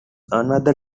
another